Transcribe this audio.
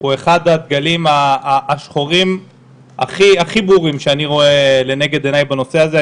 זה אחד הדגלים השחורים הכי ברורים שאני רואה לנגד עיניי בנושא הזה.